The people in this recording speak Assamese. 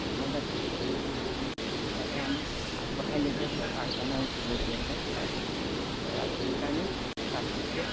জনজাতি আদি সেইসমূহ যাতে আমি আগবঢ়াই লৈ আহিব পাৰোঁ তাৰ কাৰণে আমি সেই বহুখিনিৰ কথা চিন্তা কৰিবলগীয়া হয় আৰু সেইকাৰণেই ইয়াৰ তাৎপৰ্য্য়